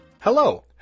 Hello